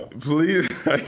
please